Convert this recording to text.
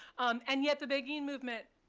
and yet, the beguine movement,